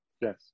Yes